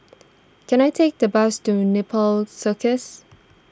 can I take the bus to Nepal Circus